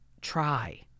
try